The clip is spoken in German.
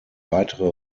weitere